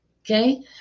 okay